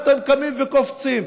אתם קמים וקופצים.